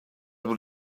were